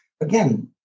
again